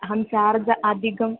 अहं चार्ज् अधिकम्